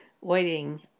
waiting